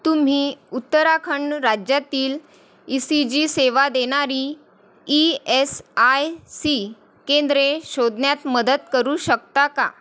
तुम्ही उत्तराखंड राज्यातील E C G सेवा देणारी ई एस आय सी केंद्रे शोधण्यात मदत करू शकता का